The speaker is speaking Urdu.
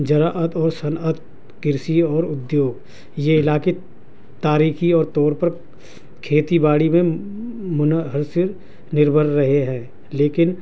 ذراعت اور صنعت کرسی اور ادیوگ یہ علاقے تاریخی اور طور پر کھیتی باڑی میں منحصر نربھر رہے ہیں لیکن